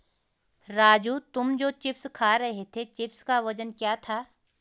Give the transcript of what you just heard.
राजू तुम जो चिप्स खा रहे थे चिप्स का वजन कितना था?